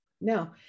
No